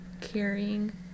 carrying